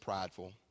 prideful